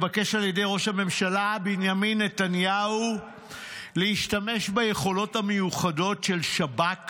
התבקש על ידי ראש הממשלה בנימין נתניהו להשתמש ביכולות המיוחדות של שב"כ